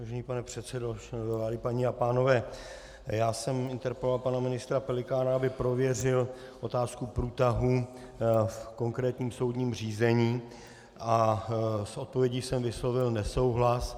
Vážený pane předsedo, členové vlády, paní a pánové, já jsem interpeloval pana ministra Pelikána, aby prověřil otázku průtahů v konkrétním soudním řízení a s odpovědí jsem vyslovil nesouhlas.